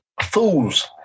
fools